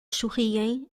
sorriem